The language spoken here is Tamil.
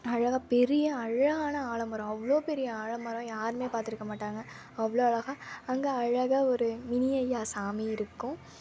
அழகாக பெரிய அழகான ஆலமரம் அவ்வளோ பெரிய ஆலமரம் யாருமே பார்த்துருக்க மாட்டாங்க அவ்வளோ அழகான அங்கே அழகான ஒரு மினியையா சாமி இருக்கும்